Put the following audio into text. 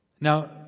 Now